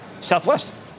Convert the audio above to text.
southwest